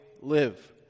live